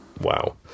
Wow